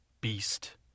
beast